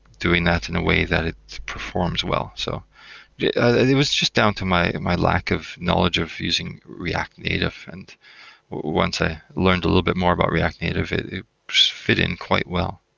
doing that in a way that it performs well. so it it was just down to my my lack of knowledge of using react native. and once i learned a little bit more about react native, it fit in quite well.